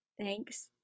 Thanks